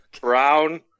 brown